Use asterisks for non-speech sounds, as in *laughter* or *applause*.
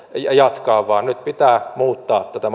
jatkaa vaan nyt pitää muuttaa tätä *unintelligible*